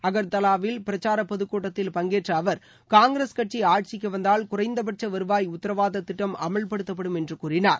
அகர்தலாவில் பிரச்சார பொதுக்கூட்டத்தில் பங்கேற்ற அவர் காங்கிரஸ் கட்சி ஆட்சிக்கு வந்தால் குறைந்தபட்ச வருவாய் உத்தரவாத திட்டம் அமல்படுத்தப்படும் என்று கூறினார்